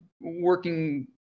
working